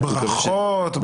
ברכות.